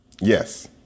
Yes